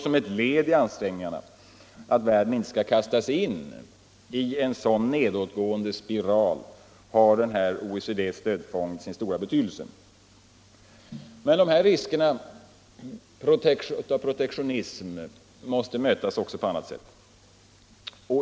Som ett led i ansträngningarna för att världen inte skall kastas in i en sådan nedåtgående spiral har OECD:s stödfond sin stora betydelse. Men riskerna för protektionism måste mötas också på andra sätt.